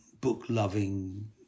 book-loving